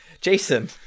Jason